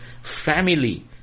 family